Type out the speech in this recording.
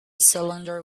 cylinder